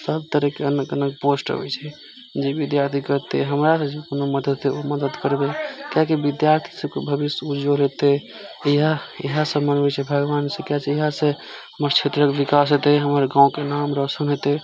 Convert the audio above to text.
सब तरहके अनुक पोस्ट अबै छै जे विद्यार्थी कतय हमरा से जे कोनो मदद हेतै ओ मदद करबै किएकि विद्यार्थी सब भविष्य उपजोर हेतै इएह इएह सब मनबै छै भगवान से किए छै इएह से हमर क्षेत्रके विकास हेतै हमर गाँवके नाम रौशन हेतै